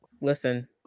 listen